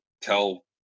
tell